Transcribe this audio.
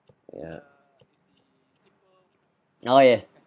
ya orh yes